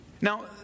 Now